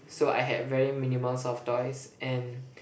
so I have very minimal soft toys and